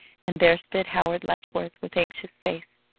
and there stood howard letchworth with anxious face.